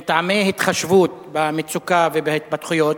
מטעמי התחשבות במצוקה ובהתפתחויות,